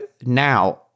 now